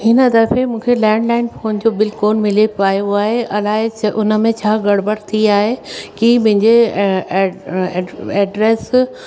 हिन दफ़े मूंखे लैंडलाइन फोन जो बिल कोन मिले पायो आहे अलाए जे उन में छा गड़बड़ थी आहे की मुंहिंजे ए ए एड्रेस